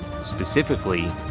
specifically